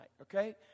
okay